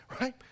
right